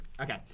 okay